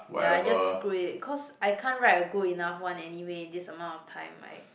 ya I just screw it cause I can't write a good enough one anyway in this amount of time right